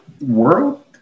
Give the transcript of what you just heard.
world